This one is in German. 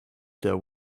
der